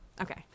Okay